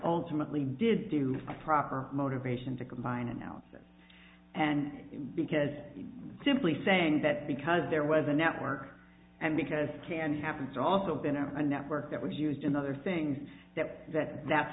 ultimately did do a proper motivation to combine analysis and because simply saying that because there was a network and because can happens also been a network that was used in other things that that that's